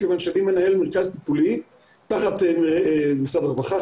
מכיוון שאני מרכז טיפולי תחת משרד הרווחה,